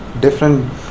different